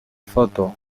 foto